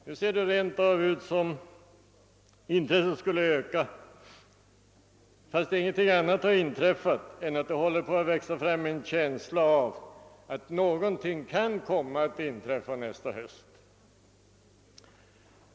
Nu verkar det rent av som om intresset skulle öka bara genom att det håller på att växa fram en känsla av att någonting kan inträffa nästa höst.